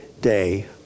day